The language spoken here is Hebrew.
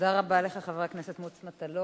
תודה רבה לך, חבר הכנסת מוץ מטלון.